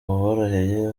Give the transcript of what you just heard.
buboroheye